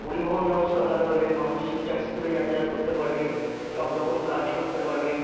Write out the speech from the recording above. পরিবহণ ব্যবস্থা ভালো হলে মানুষ ঠিকঠাক স্কুলে যাতায়াত করতে পারবে সব রকম কাজ করতে পারবে